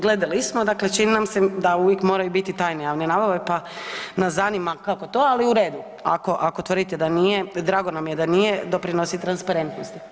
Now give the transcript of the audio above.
Gledali smo, dakle čini nam se da uvijek moraju bit tajne javne nabave, pa nas zanima kako to, ali u redu, ako, ako tvrdite da nije, drago nam je da nije, doprinosi transparentnosti.